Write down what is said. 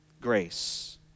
grace